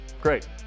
great